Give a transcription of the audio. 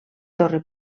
torre